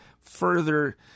Further